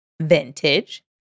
Vintage